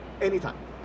anytime